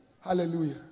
Hallelujah